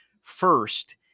first